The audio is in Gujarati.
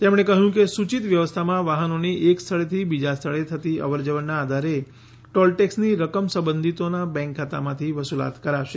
તેમણે કહ્યું કે સૂચીત વ્યવસ્થામાં વાહનોની એક સ્થળેથી બીજા સ્થળે થતી અવરજવરના આધારે ટોલ ટેકસની રકમ સંબંધીતોના બેંક ખાતામાંથી વસૂલાત કરાશે